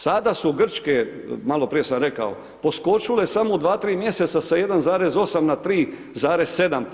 Sada su grčke, malo prije sam rekao poskočile samo u 2,3 mjeseca sa 1,8 na 3,7%